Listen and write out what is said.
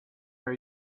are